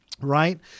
Right